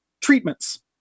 treatments